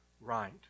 right